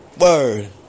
Word